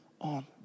on